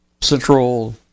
central